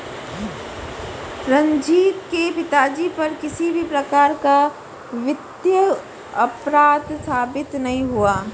रंजीत के पिताजी पर किसी भी प्रकार का वित्तीय अपराध साबित नहीं हुआ